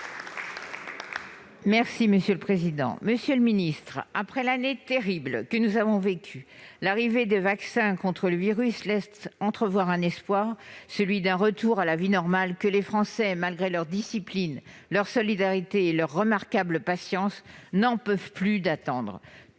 des solidarités et de la santé, après l'année terrible que nous avons vécue, l'arrivée de vaccins contre le virus laisse entrevoir un espoir, celui d'un retour à la vie normale que les Français, malgré leur discipline, leur solidarité et leur remarquable patience, n'en peuvent plus d'attendre.